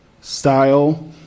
style